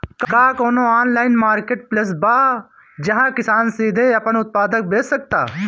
का कोनो online marketplace बा जहां किसान सीधे अपन उत्पाद बेच सकता?